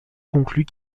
conclut